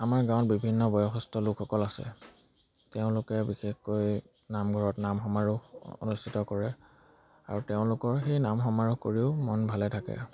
আমাৰ গাঁৱত বিভিন্ন বয়সস্থ লোকসকল আছে তেওঁলোকে বিশেষকৈ নামঘৰত নাম সমাৰোহ অনুষ্ঠিত কৰে আৰু তেওঁলোকৰ সেই নাম সমাৰোহ কৰিও মন ভালে থাকে